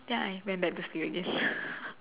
then I went back to sleep again